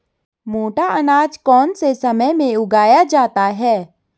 मोटा अनाज कौन से समय में उगाया जाता है?